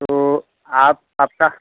तो आप आपका